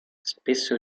spesso